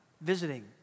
visiting